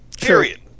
Period